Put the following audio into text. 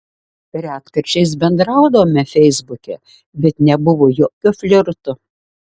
retkarčiais bendraudavome feisbuke bet nebuvo jokio flirto